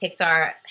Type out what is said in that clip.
Pixar